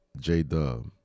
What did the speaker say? J-Dub